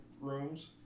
rooms